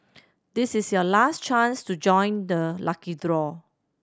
this is your last chance to join the lucky draw